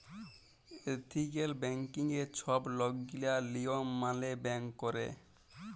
ethical ব্যাংকিংয়ে ছব লকগিলা লিয়ম মালে ব্যাংক ক্যরে